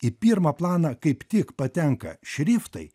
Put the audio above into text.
į pirmą planą kaip tik patenka šriftai